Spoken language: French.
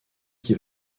qui